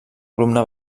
columna